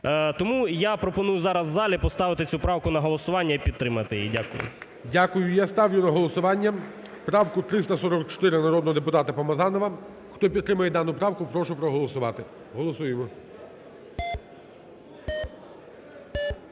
Тому я пропоную зараз у залі поставити цю правку на голосування і підтримати її. Дякую. ГОЛОВУЮЧИЙ. Дякую. Я ставлю на голосування правку 344 народного депутата Помазанова. Хто підтримує дану правку, прошу проголосувати. Голосуємо.